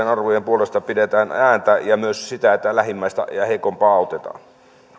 arvojen puolesta ja myös sen että lähimmäistä ja heikompaa autetaan